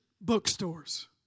bookstores